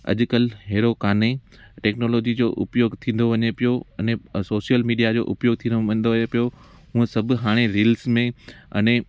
अॼुकल्ह अहिड़ो कोन्हे टैक्नोलॉजी जो उपयोगु थींदो वञे पियो अने सोशल मीडिया जो उपयोगु थींदो पियो उअ सभु हाणे रील्स में अने